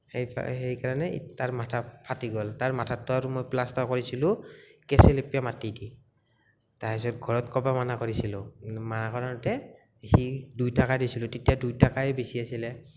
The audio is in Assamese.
সেইকাৰণে তাৰ মাথা গ'ল তাৰ মাথাটোত মই প্লাষ্টাৰ কৰিছিলোঁ কেচুলেপীয়া মাটি দি তাৰপিছত ঘৰত ক'ব মানা কৰিছিলোঁ মানা কৰোতে সি দুই টাকা দিছিলোঁ তেতিয়া দুই টাকাই বেছি আছিলে